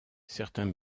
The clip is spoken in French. certains